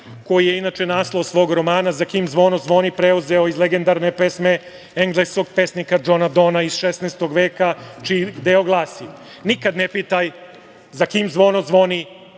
koji je, inače, naslov svog romana „Za kim zvono zvoni“ preuzeo iz legendarne pesme engleskog pesnika Džona Dona iz 16. veka, čiji deo glasi: „Nikada ne pitaj za kim zvono zvoni,